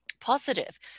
positive